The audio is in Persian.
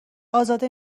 ازاده